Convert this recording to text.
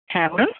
হ্যাঁ বলুন